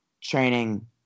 training